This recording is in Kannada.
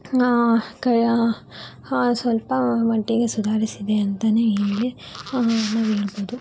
ಸ್ವಲ್ಪ ಮಟ್ಟಿಗೆ ಸುಧಾರಿಸಿದೆ ಅಂತನೇ ಹೇಳಿ ನಾವು ಹೇಳ್ಬೋದು